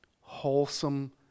wholesome